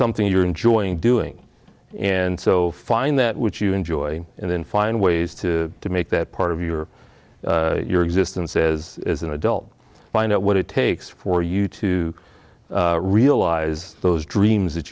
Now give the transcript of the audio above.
something you're enjoying doing and so find that which you enjoy and then find ways to to make that part of your your existence says as an adult find out what it takes for you to realize those dreams that